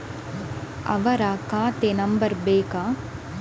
ಅವರ ಖಾತೆ ನಂಬರ್ ಬೇಕಾ?